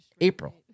April